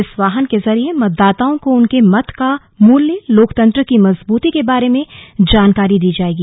इस वाहन के जरिए मतदाताओं को उनके मत का मूल्य लोकतंत्र की मजबूती के बारे में जानकारी दी जाएगी